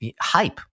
hype